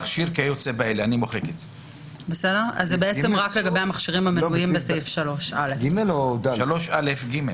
אז בסעיף (ג) רק נמחק "או מכשיר כיוצא באלה".